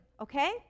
okay